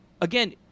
Again